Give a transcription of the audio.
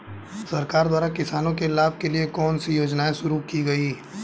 सरकार द्वारा किसानों के लाभ के लिए कौन सी योजनाएँ शुरू की गईं?